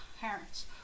parents